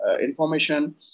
information